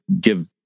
give